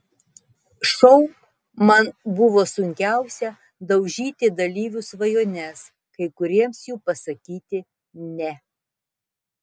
šou man buvo sunkiausia daužyti dalyvių svajones kai kuriems jų pasakyti ne